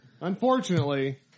Unfortunately